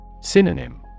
Synonym